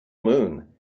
moon